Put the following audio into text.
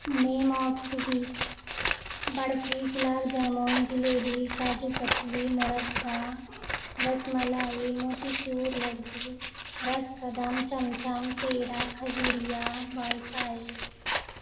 name of sweet barfi gulab jamun jalebi kaju katli murabba ras malai motichoor laddoo ras kadam chamcham peda کھجوریا بالوشاہی